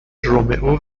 رومئو